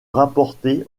rapportée